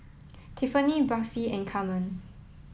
Tiffanie Buffy and Carmen